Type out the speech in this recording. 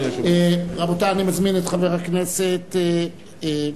נעבור להצעות לסדר-היום בנושא: ממשלת נתניהו